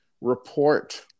report